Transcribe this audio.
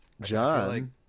John